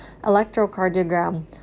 electrocardiogram